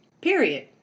Period